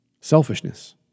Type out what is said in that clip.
selfishness